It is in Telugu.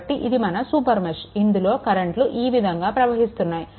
కాబట్టి ఇది మన సూపర్ మెష్ ఇందులో కరెంట్లు ఈ విధంగా ప్రవహిస్తున్నాయి